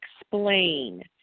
explain